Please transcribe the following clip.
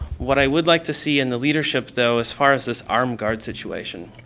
what i would like to see in the leadership though as far as this armed guard situation,